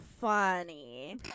funny